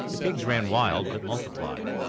the pigs ran wild, but multiplied.